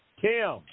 Kim